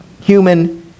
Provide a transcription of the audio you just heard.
human